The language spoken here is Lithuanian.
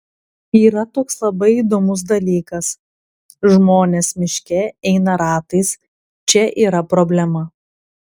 yra toks labai įdomus dalykas žmonės miške eina ratais čia yra problema